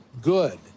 good